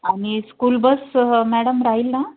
आणि school bus madam राहील ना